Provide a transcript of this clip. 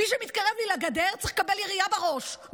מי שמתקרב לי לגדר צריך לקבל ירייה בראש,